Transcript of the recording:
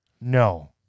No